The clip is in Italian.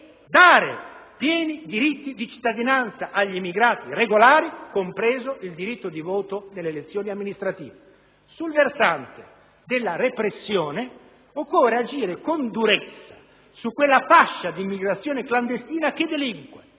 dati pieni diritti di cittadinanza agli immigrati regolari, compreso il diritto di voto alle elezioni amministrative. Dall'altro lato, quello della repressione, occorre agire con durezza su quella fascia di immigrazione clandestina che delinque